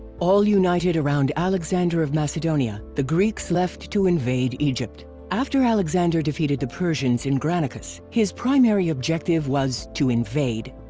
all united around alexander of macedonia, the greeks left to invade egypt. after alexander defeated the persians in granicus, his primary objective was to invade.